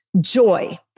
joy